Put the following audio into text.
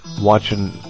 watching